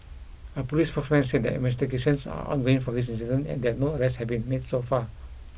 a police spokesman said that investigations are ongoing for this incident and that no arrests had been made so far